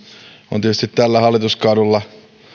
on tietysti tällä hallituskaudella